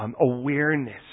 awareness